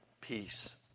Peace